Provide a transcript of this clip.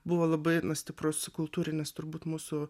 buvo labai stiprus kultūrinis turbūt mūsų